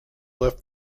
left